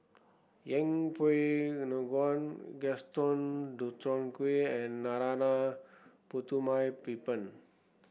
Yeng Pway Ngon Gaston Dutronquoy and Narana Putumaippittan